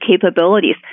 capabilities